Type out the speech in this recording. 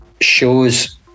shows